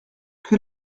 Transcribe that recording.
que